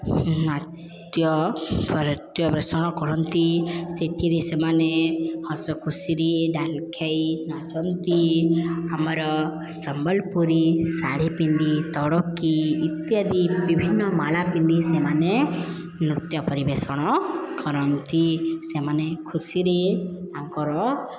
ନୃତ୍ୟ ପରିବେଷଣ କରନ୍ତି ସେଥିରେ ସେମାନେ ହସଖୁସିରେ ଡାଲଖାଇ ନାଚନ୍ତି ଆମର ସମ୍ବଲପୁରୀ ଶାଢ଼ୀ ପିନ୍ଧି ତଡ଼କୀ ଇତ୍ୟାଦି ବିଭିନ୍ନ ମାଳା ପିନ୍ଧି ସେମାନେ ନୃତ୍ୟ ପରିବେଷଣ କରନ୍ତି ସେମାନେ ଖୁସିରେ ତାଙ୍କର